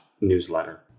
newsletter